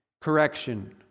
correction